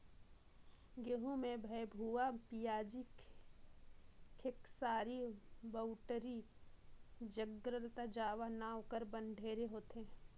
गहूँ में भथुवा, पियाजी, खेकसारी, बउटरी, ज्रगला जावा नांव कर बन ढेरे होथे